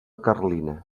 carlina